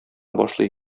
башлый